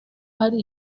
ari